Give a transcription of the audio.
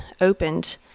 opened